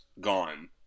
gone